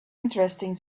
interesting